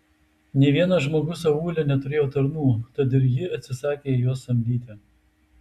nė vienas žmogus aūle neturėjo tarnų tad ir ji atsisakė juos samdyti